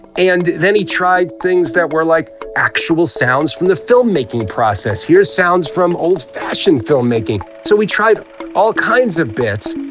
and then, he tried things that were like, here's actual sounds from the filmmaking process. here's sounds from old fashioned filmmaking. so we tried all kinds of bits